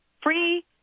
free